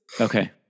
okay